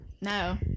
no